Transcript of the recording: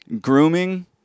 Grooming